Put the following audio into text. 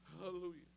Hallelujah